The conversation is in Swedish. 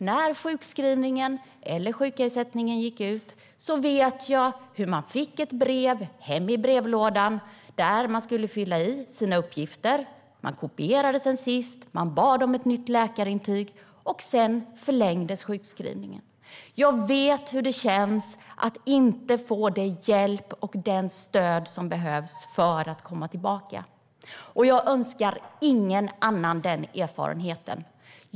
När sjukskrivningen eller sjukersättningen gick ut vet jag hur man fick ett brev hem i brevlådan där man skulle fylla i sina uppgifter. Man kopierade det man hade sedan sist. Man bad om ett nytt läkarintyg. Sedan förlängdes sjukskrivningen. Jag vet hur det känns att inte få den hjälp och det stöd som behövs för att komma tillbaka. Jag önskar ingen annan den erfarenheten.